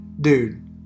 dude